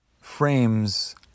frames